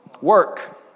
Work